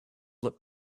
that